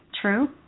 true